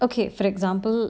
okay for example